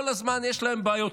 כל הזמן יש להם בעיות.